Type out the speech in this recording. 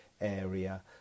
area